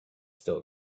still